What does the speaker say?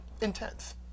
intense